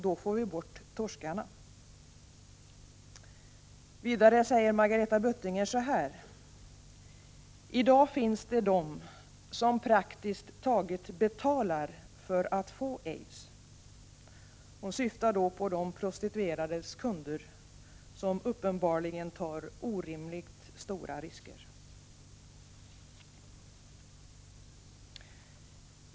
Då får vi bort torskarna. Margareta Böttiger säger också: I dag finns det de som praktiskt taget betalar för att få aids. — Hon syftar då på de prostituerades kunder, som uppenbarligen tar orimligt stora risker.